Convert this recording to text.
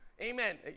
amen